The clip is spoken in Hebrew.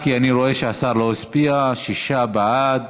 שישה, כי אני רואה שהשר לא הצביע, שישה בעד,